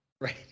right